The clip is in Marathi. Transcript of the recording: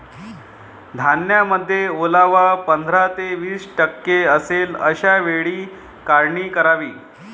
धान्यामध्ये ओलावा पंधरा ते वीस टक्के असेल अशा वेळी काढणी करावी